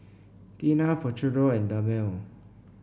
Tena Futuro and Dermale